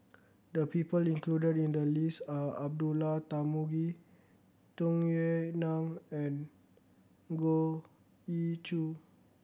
the people included in the list are Abdullah Tarmugi Tung Yue Nang and Goh Ee Choo